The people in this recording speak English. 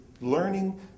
learning